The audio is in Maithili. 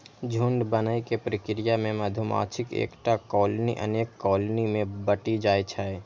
झुंड बनै के प्रक्रिया मे मधुमाछीक एकटा कॉलनी अनेक कॉलनी मे बंटि जाइ छै